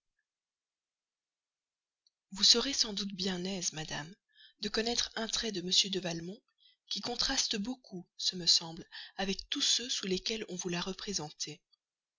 vous serez sans doute bien aise madame de connaître un trait de m de valmont qui contraste beaucoup ce me semble avec tous ceux sous lesquels on vous l'a représenté